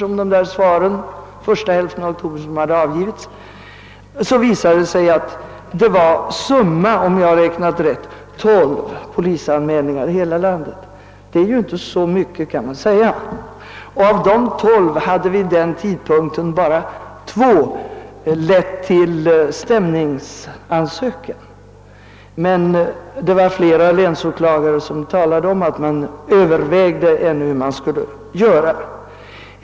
Jag medger att antalet anmälningar vid den tidpunkten var ganska litet, nämligen tolv polisanmälningar i hela landet, om jag nu har räknat rätt. Och av dessa tolv hade vid den tidpunkten bara två anmälningar lett till stämningsansökan. Flera länsåklagare meddelade dock att de ännu övervägde hur de skulle göra.